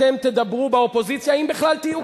אתם תדברו באופוזיציה, אם בכלל תהיו